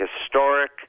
historic